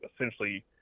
essentially